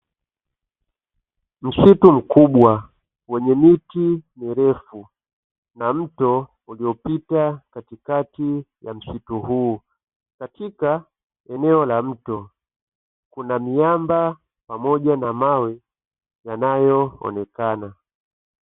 Msitu mkubwa wenye miti mirefu, na mto uliopita katikati ya msitu huu. Katika eneo la mto, kuna miamba pamoja na mawe yanayoonekana.